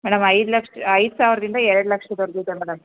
madam ಐದು ಲಕ್ಷ ಐದು ಸಾವಿರದಿಂದ ಎರಡು ಲಕ್ಷದವರ್ಗೂ ಇದೆ ಮೇಡಮ್